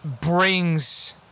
brings